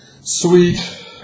Sweet